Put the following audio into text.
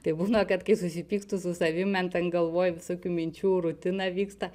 tai būna kad kai susipykstu su savim man ten galvoj visokių minčių rutina vyksta